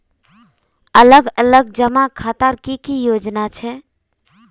अलग अलग जमा खातार की की योजना छे?